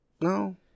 No